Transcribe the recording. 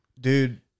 dude